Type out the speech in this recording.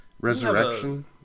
resurrection